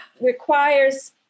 requires